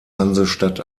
hansestadt